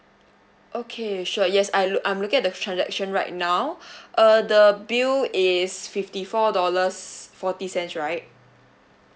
okay sure yes I look I'm look at the transaction right now uh the bill is fifty four dollars forty cents right